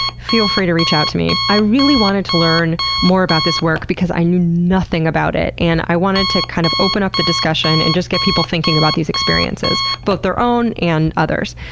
feel free to reach out to me i really wanted to learn more about this work because i knew nothing about it and i wanted to kind of open up the discussion and just get people thinking about these experiences, both their own and others'.